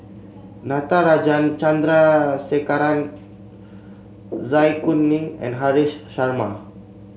Natarajan Chandrasekaran Zai Kuning and Haresh Sharma